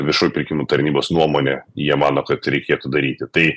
viešųjų pirkimų tarnybos nuomonė jie mano kad reikėtų daryti tai